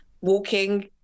walking